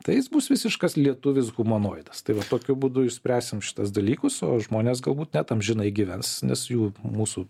tai jis bus visiškas lietuvis humanoidas tai va tokiu būdu išspręsim šituos dalykus o žmonės galbūt net amžinai gyvens nes jų mūsų